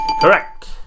Correct